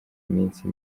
iminsi